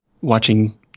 watching